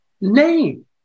name